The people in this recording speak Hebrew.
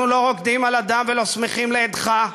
אנחנו לא רוקדים על הדם, ולא שמחים לאידך,